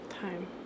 time